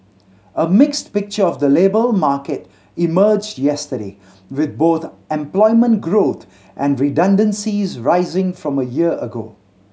a mixed picture of the labour market emerged yesterday with both employment growth and redundancies rising from a year ago